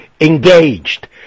engaged